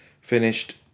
finished